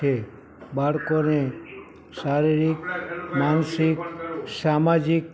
છે બાળકોને શારીરિક માનસિક સામાજિક